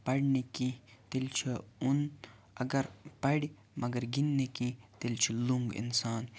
پرِ نہٕ کیٚنٛہہ تیٚلہِ چھُ اوٚن اَگر پَرِ مَگر گِنٛدنہِ کیٚنٛہہ تیٚلہِ چھُ لوٚنٛگ اِنسان